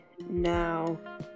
now